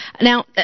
Now